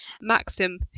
Maxim